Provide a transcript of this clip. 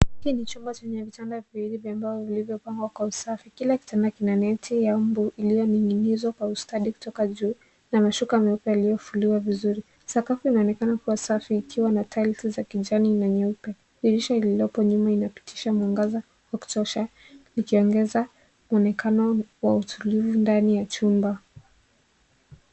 Hiki ni chumbe chenye vitanda viwili vya mbao vilivyopangwa kwa usafi, kila kitanda kina neti ya mbu iliyoning'inizwa kwa ustadi kutoka juu na amshuka meupe yaliyofuliwa vizuri, sakafu inaonekana kuwa safi ikiwa na tiles za kijani na nyeupe, dirisha iliopo nyuma inapitisha mwangaza ya kutosha ikiongeza mwonekano wa utulivu ndani ya chumba.